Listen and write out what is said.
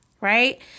right